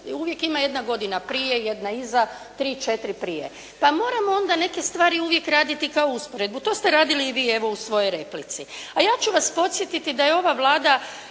uvijek ima jedna godina prije, jedna iza, tri, četiri prije. Pa moramo onda neke stvari uvijek raditi kao usporedbu. To ste radili i vi evo u svojoj replici. A ja ću vas podsjetiti da je ova Vlada